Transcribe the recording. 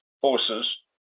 forces